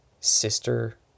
Sister